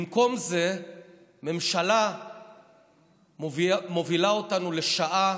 במקום זה הממשלה מובילה אותנו לשעה